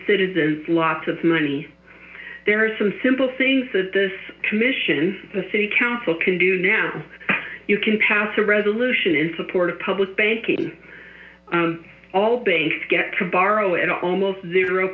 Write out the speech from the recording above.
citizen lots of money there are some simple things that this commission a city council can do now you can pass a resolution in support of public banking all banks get to borrow at almost zero